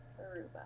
Aruba